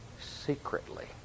secretly